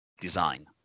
design